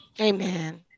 Amen